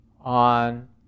on